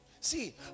see